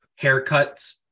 haircuts